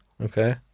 Okay